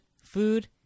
food